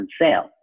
sale